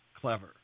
clever